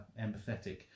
empathetic